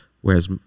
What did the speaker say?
Whereas